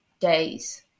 days